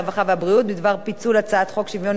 הרווחה והבריאות בדבר פיצול הצעת חוק שוויון